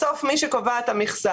בסוף מי שקבע את המכסה,